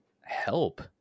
help